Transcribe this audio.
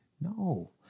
No